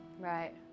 right